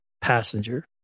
passenger